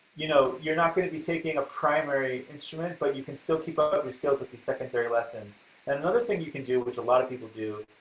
you know, you're not going to be taking a primary instrument but you can still keep up with your skills with these secondary lessons, and another thing you can do, which a lot of people do,